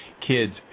kids